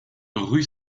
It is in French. rue